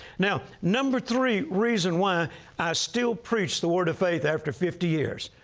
now, number three reason why i still preach the word of faith after fifty years.